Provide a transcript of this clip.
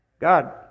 God